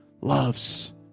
loves